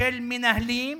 של מנהלים,